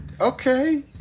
Okay